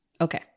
okay